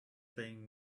playing